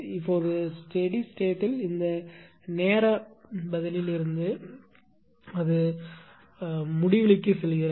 இப்போது ஸ்டெடி ஸ்டேட்யில் இந்த நேர பதிலில் இருந்து அது முடிவிலிக்குச் செல்கிறது